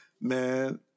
Man